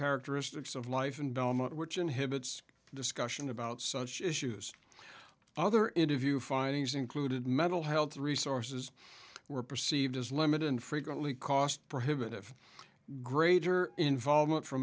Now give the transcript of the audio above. characteristics of life in belmont which inhibits discussion about such issues other interview findings included mental health resources were perceived as limited and frequently cost prohibitive greater involvement f